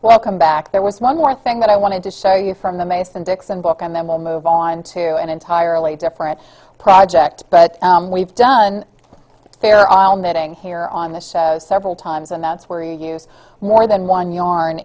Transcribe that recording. welcome back there was one more thing that i wanted to show you from the mason dixon book and then we'll move on to an entirely different project but we've done a fair isle knitting here on this several times and that's where you use more than one yarn